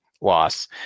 loss